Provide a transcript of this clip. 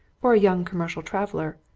or a young commercial traveller,